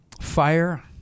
fire